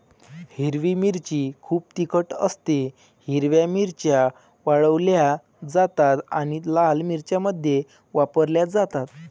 हिरवी मिरची खूप तिखट असतेः हिरव्या मिरच्या वाळवल्या जातात आणि लाल मिरच्यांमध्ये वापरल्या जातात